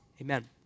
Amen